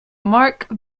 mark